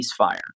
ceasefire